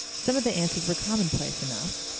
some of the answers were commonplace enough.